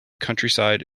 countryside